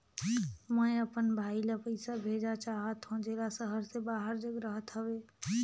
मैं अपन भाई ल पइसा भेजा चाहत हों, जेला शहर से बाहर जग रहत हवे